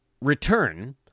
return